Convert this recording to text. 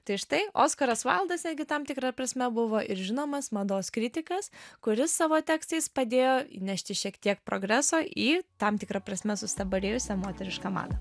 tai štai oskaras vaildas netgi tam tikra prasme buvo ir žinomas mados kritikas kuris savo tekstais padėjo įnešti šiek tiek progreso į tam tikra prasme sustabarėjusią moterišką madą